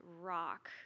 rock